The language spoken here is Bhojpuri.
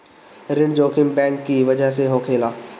ऋण जोखिम बैंक की बजह से होखेला